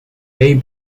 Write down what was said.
may